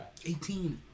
18